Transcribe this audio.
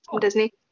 Disney